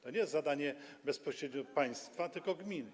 To nie jest zadanie bezpośrednio państwa, tylko gmin.